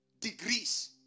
degrees